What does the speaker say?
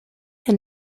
and